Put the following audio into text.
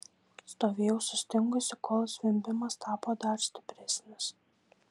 stovėjau sustingusi kol zvimbimas tapo dar stipresnis